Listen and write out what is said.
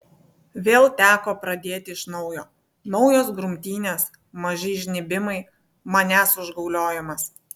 vėl teko pradėti iš naujo naujos grumtynės maži įžnybimai manęs užgauliojimas